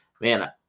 man